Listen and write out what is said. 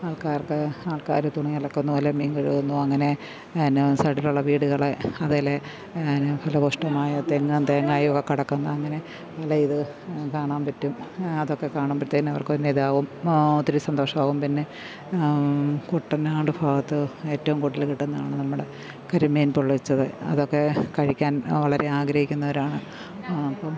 ആൾക്കാർക്ക് ആൾക്കാര് തുണി അലക്കുന്നു അല്ലെങ്കില് മീൻ കഴുകുന്നു അങ്ങനെ എന്നാ സൈഡിലുള്ള വീടുകള് അതില് എന്ന ഫലഫൂയിഷ്ഠമായ തെങ്ങും തേങ്ങായുമൊക്കെ കടക്കുന്ന അങ്ങനെ പല ഇത് കാണാന് പറ്റും അതൊക്കെ കാണുമ്പോഴത്തേനും അവർക്ക് പിന്നെ ഇതാവും ഒത്തിരി സന്തോഷമാവും പിന്നെ കുട്ടനാട് ഭാഗത്ത് ഏറ്റവും കൂടുതൽ കിട്ടുന്നതാണ് നമ്മുടെ കരിമീൻ പൊള്ളിച്ചത് അതൊക്കെ കഴിക്കാൻ വളരെ ആഗ്രഹിക്കുന്നവരാണ് അപ്പോള്